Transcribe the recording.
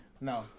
No